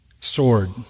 sword